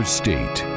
state